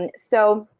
and so,